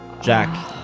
Jack